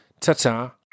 ta-ta